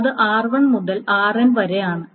അത് r1 മുതൽ rn വരെ ആണ്